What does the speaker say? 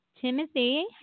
timothy